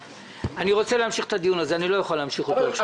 אני רוצה להמשיך את הדיון הזה אבל לא אוכל להמשיך אותו עכשיו.